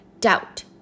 doubt